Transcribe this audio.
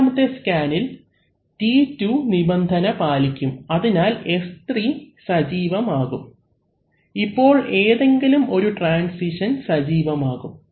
നാലാമത്തെ സ്കാനിൽ T2 നിബന്ധന പാലിക്കും അതിനാൽ S3 സജീവം ആകും ഇപ്പോൾ ഏതെങ്കിലും ഒരു ട്രാൻസിഷൻ സജീവം ആകും